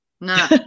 No